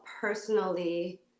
personally